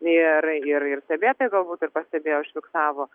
ir ir stebėtojai galbūt ir pastebėjo užfiksavo